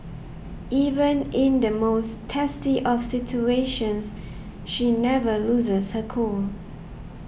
even in the most testy of situations she never loses her cool